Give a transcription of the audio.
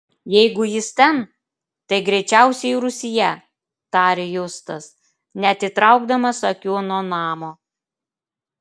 jeigu jis ten tai greičiausiai rūsyje tarė justas neatitraukdamas akių nuo namo